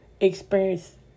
experience